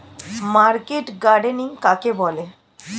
Market gardening কাকে বলে?